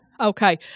Okay